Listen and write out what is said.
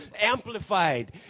amplified